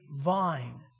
vine